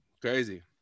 crazy